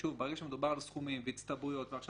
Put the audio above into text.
ברגע שמדובר על סכומים והצטברויות ועכשיו